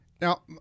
Now